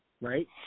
right